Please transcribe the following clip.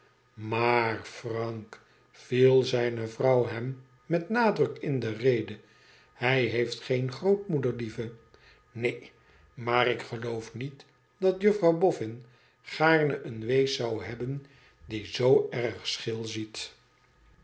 maar frank i viel zijne vrouw hem met nadruk in de rede hij heeft geen grootmoeder lieve neen maar ik geloof niet dat juffrouw boffin gaarne een wees zou hebben die zoo erg scheel ziet